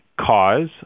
cause